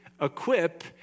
equip